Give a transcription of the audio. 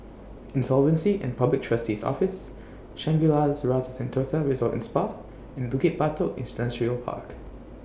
Insolvency and Public Trustee's Office Shangri La's Rasa Sentosa Resort and Spa and Bukit Batok Industrial Park